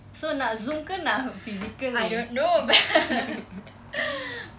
so nak zoom ke nak physical ni